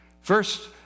First